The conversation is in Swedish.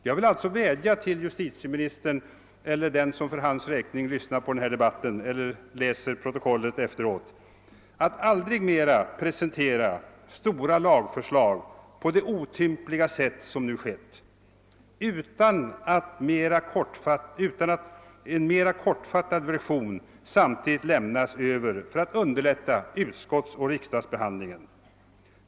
Jag vill alltså vädja till justitieministern eller den som för hans räkning lyssnar på den här debatten eller läser protokollet efteråt att aldrig mera presentera stora lagförslag på det otympliga sätt som nu har skett, utan att en mera kortfattad version samtidigt lämnas över för att underlätta utskottsoch riksdagsbehandling.